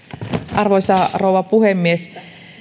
arvoisa rouva puhemies